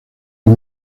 las